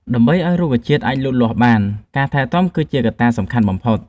ដើម្បីឲ្យរុក្ខជាតិអាចលូតលាស់បានល្អ ការថែទាំគឺជាកត្តាសំខាន់បំផុត។